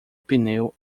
pneu